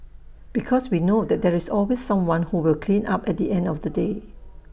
because we know that there's always someone who will clean up at the end of the day